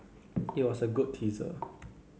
it was a good teaser